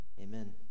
Amen